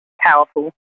powerful